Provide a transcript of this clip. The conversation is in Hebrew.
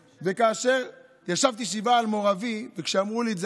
כאשר ישבתי שבעה על מור אבי ואמרו לי את זה,